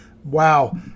Wow